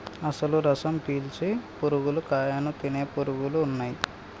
అసలు రసం పీల్చే పురుగులు కాయను తినే పురుగులు ఉన్నయ్యి